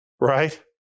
right